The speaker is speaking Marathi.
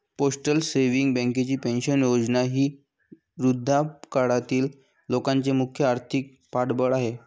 पोस्टल सेव्हिंग्ज बँकेची पेन्शन योजना ही वृद्धापकाळातील लोकांचे मुख्य आर्थिक पाठबळ आहे